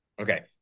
Okay